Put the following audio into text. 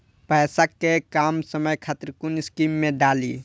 पैसा कै कम समय खातिर कुन स्कीम मैं डाली?